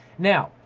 now,